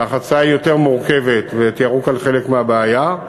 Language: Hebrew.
שהחצייה יותר מורכבת, ותיארו כאן חלק מהבעיה,